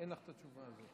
אין לך את התשובה הזו.